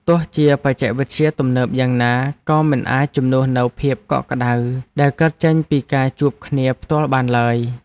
ទោះជាបច្ចេកវិទ្យាទំនើបយ៉ាងណា ក៏មិនអាចជំនួសនូវភាពកក់ក្តៅដែលកើតចេញពីការជួបគ្នាផ្ទាល់បានឡើយ។